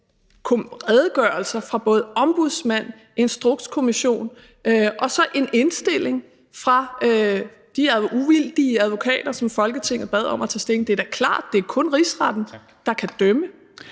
redegørelser fra både Ombudsmanden og Instrukskommissionen og en indstilling fra de uvildige advokater, som Folketinget bad om at tage stilling. Det er da klart, at det kun er rigsretten, der kan dømme.